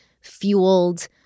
fueled